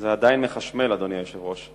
זה עדיין מחשמל, אדוני היושב-ראש.